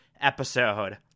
episode